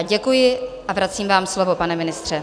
Děkuji a vracím vám slovo, pane ministře.